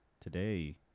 Today